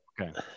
Okay